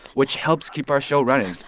which helps keep our show running.